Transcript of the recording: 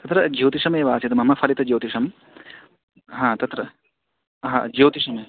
तत्र ज्योतिषमेव आसीत् मम फलित ज्योतिषं हा तत्र हा ज्योतिषमेव